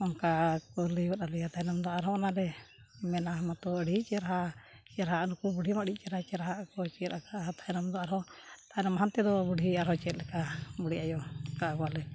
ᱚᱱᱠᱟ ᱠᱚ ᱞᱟᱹᱭᱜᱚᱫ ᱟᱞᱮᱭᱟ ᱛᱟᱭᱱᱚᱢ ᱫᱚ ᱟᱨᱦᱚᱸ ᱚᱱᱟᱞᱮ ᱢᱮᱱᱟ ᱛᱳ ᱟᱹᱰᱤ ᱪᱮᱨᱦᱟ ᱪᱮᱨᱦᱟ ᱱᱩᱠᱩ ᱵᱩᱰᱷᱤ ᱟᱹᱰᱤ ᱪᱮᱨᱦᱟ ᱪᱮᱨᱦᱟᱣᱟᱜ ᱠᱚ ᱪᱮᱫ ᱟᱠᱟᱫᱼᱟ ᱛᱟᱭᱱᱚᱢ ᱫᱚ ᱟᱨᱦᱚᱸ ᱛᱟᱭᱱᱚᱢ ᱦᱟᱱᱛᱮ ᱫᱚ ᱵᱩᱰᱷᱤ ᱟᱨᱦᱚᱸ ᱪᱮᱫ ᱞᱮᱠᱟ ᱵᱩᱰᱷᱤ ᱟᱭᱳ ᱚᱱᱠᱟ ᱟᱠᱚᱣᱟᱞᱮ